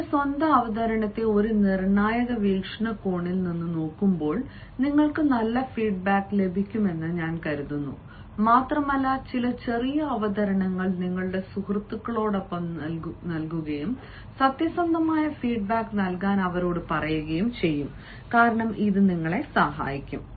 നിങ്ങളുടെ സ്വന്തം അവതരണത്തെ ഒരു നിർണായക വീക്ഷണകോണിൽ നിന്ന് നോക്കുമ്പോൾ നിങ്ങൾക്ക് നല്ല ഫീഡ്ബാക്ക് ലഭിക്കുമെന്ന് ഞാൻ കരുതുന്നു മാത്രമല്ല ചില ചെറിയ അവതരണങ്ങൾ നിങ്ങളുടെ സുഹൃത്തുക്കളോടൊപ്പം നൽകുകയും സത്യസന്ധമായ ഫീഡ്ബാക്ക് നൽകാൻ അവരോട് പറയുകയും ചെയ്യും കാരണം ഇത് നിങ്ങളെ സഹായിക്കും